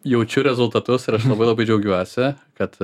jaučiu rezultatus ir aš labai labai džiaugiuosi kad